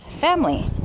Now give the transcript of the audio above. family